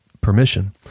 permission